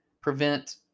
prevent